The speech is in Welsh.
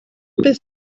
bydd